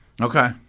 Okay